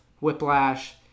Whiplash